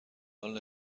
حال